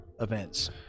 events